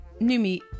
Numi